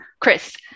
Chris